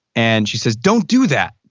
and she says, don't do that.